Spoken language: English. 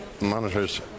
monitors